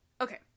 Okay